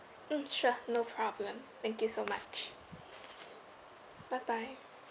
mm sure no problem thank you so much bye bye